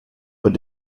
but